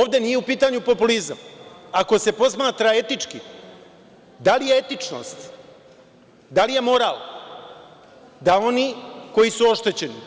Ovde nije u pitanju populizam, jer ako se posmatra etički da li etičnost, da li je moral da oni koji su oštećeni,